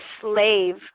slave